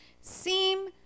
seem